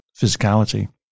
physicality